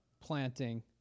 planting